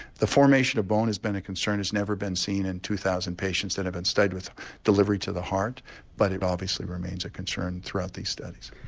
the formation of bone has been a concern, it has never been seen in two thousand patient that have been studied with delivery to the heart but it obviously remains a concern throughout these studies.